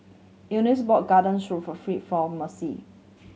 Anice bought Garden Stroganoff for Mercy